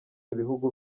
ibihugu